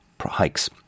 hikes